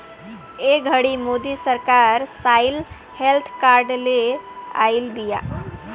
ए घड़ी मोदी सरकार soil health card ले आइल बिया